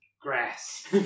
Grass